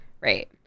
Right